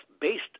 based